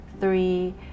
three